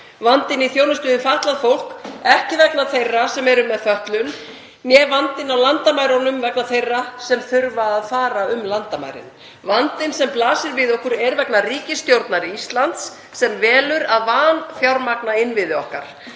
vandinn í þjónustu við fatlað fólk ekki vegna þeirra sem eru með fötlun né vandinn á landamærunum vegna þeirra sem þurfa að fara um landamærin. Vandinn sem blasir við okkur er vegna ríkisstjórnar Íslands sem velur að vanfjármagna innviði okkar.